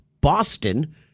Boston